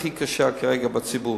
הכי קשה כרגע בציבור.